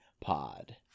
pod